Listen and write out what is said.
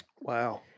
Wow